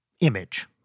image